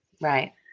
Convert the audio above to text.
Right